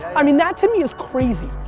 i mean that to me is crazy.